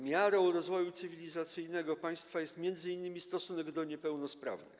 Miarą rozwoju cywilizacyjnego państwa jest m.in. stosunek do niepełnosprawnych.